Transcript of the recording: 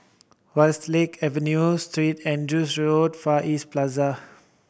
Westlake Avenue Street Andrew's Road Far East Plaza